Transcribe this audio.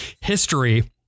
history